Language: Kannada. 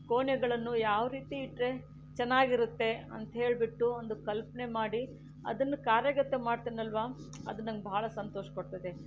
ಕೋಣೆಗಳನ್ನು ಯಾವ ರೀತಿ ಇಟ್ಟರೆ ಚೆನ್ನಾಗಿರುತ್ತೆ ಅಂತ್ಹೇಳ್ಬಿಟ್ಟು ಒಂದು ಕಲ್ಪನೆ ಮಾಡಿ ಅದನ್ನು ಕಾರ್ಯಗತ ಮಾಡ್ತೇನಲ್ವ ಅದು ನನಗೆ ಬಹಳ ಸಂತೋಷ ಕೊಡ್ತದೆ